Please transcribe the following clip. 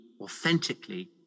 authentically